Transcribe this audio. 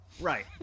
Right